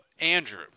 Andrew